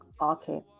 okay